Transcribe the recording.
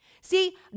See